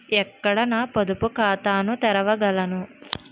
ఎక్కడ నా పొదుపు ఖాతాను తెరవగలను?